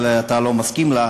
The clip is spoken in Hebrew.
אבל אתה לא מסכים לזה